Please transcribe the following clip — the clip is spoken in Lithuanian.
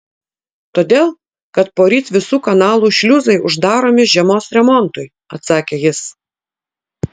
todėl kad poryt visų kanalų šliuzai uždaromi žiemos remontui atsakė jis